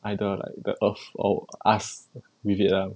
either the earth or us with it lah